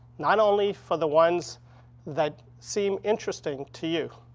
not only for the ones that seem interesting to you.